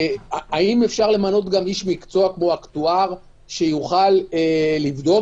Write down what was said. האם אפשר למנות גם איש מקצוע כמו אקטואר שיוכל לבדוק